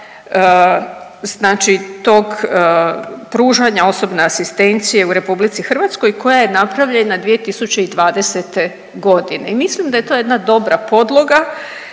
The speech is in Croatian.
znači tog pružanja osobne asistencije u RH koja je napravljena 2020.g. i mislim da je to jedna dobra podloga,